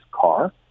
car